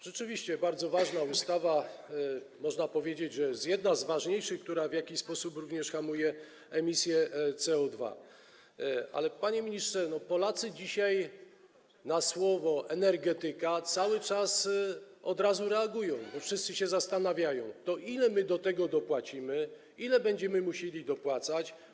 Rzeczywiście to bardzo ważna ustawa, można powiedzieć, że jedna z ważniejszych, która w jakiś sposób również hamuje emisję CO2, ale panie ministrze, Polacy dzisiaj na słowo „energetyka” od razu reagują, bo wszyscy się zastanawiają: To ile my do tego dopłacimy, ile będziemy musieli dopłacać?